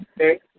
Okay